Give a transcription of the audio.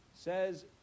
Says